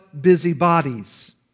busybodies